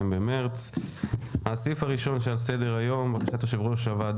22 במרס 2023. הסעיף הראשון שעל סדר היום הוא הקדמת הדיון